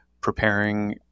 preparing